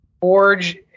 forge